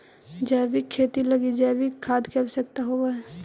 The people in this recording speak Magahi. जैविक खेती लगी जैविक खाद के आवश्यकता होवऽ हइ